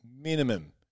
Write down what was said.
minimum